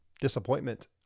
disappointment